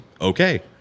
Okay